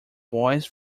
boys